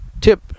tip